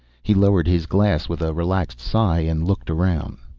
he lowered his glass with a relaxed sigh and looked around.